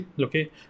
okay